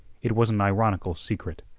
it was an ironical secret.